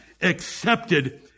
accepted